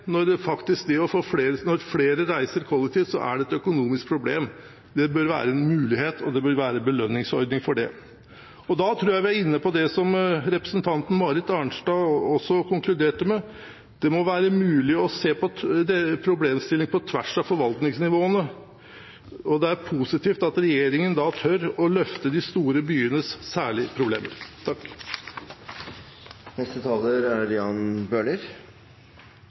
Det er problematisk når det at flere reiser kollektivt, blir et økonomisk problem. Det bør være en mulighet, og det bør være belønningsordninger for det. Da tror jeg vi er inne på det som representanten Marit Arnstad også konkluderte med: Det må være mulig å se på problemstillinger på tvers av forvaltningsnivåene. Det er positivt at regjeringen da tør å løfte de store byenes særlige problemer. Jeg takker for mange gode innlegg og vil kommentere noen punkter. Statsråden understreker at det er